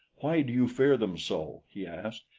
why do you fear them so? he asked.